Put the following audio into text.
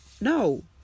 no